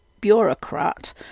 bureaucrat